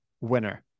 winner